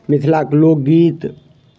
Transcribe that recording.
मिथिलाके लोकगीत